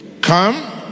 Come